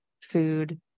food